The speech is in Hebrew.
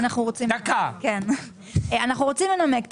אנחנו רוצים לנמק.